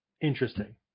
Interesting